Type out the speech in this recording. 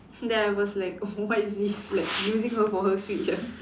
then I was like oh what is this like using her for her Switch ah